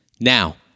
now